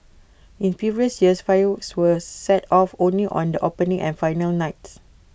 in previous years fireworks were set off only on the opening and final nights